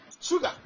sugar